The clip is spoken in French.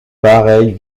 pareilles